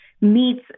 meets